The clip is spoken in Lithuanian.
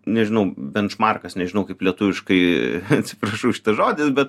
nežinau benčmarkas nežinau kaip lietuviškai atsiprašau šitas žodis bet